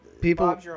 People